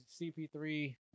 CP3